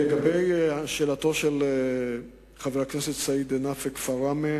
לגבי שאלתו של חבר הכנסת סעיד נפאע, כפר ראמה,